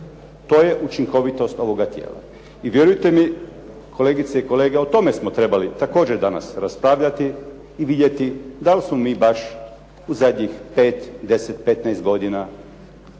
To je učinkovitost ovoga tijela. I vjerujte mi, kolegice i kolege, o tome smo trebali također danas raspravljati i vidjeti da li smo mi baš u zadnjih 5, 10, 15 godina